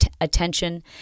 attention